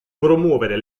promuovere